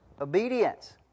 Obedience